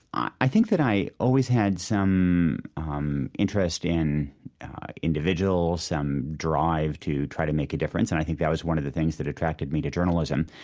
i think that i always had some um interest in individuals, some drive to try to make a difference, and i think that was one of the things that attracted me to journalism.